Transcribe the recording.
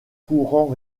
courant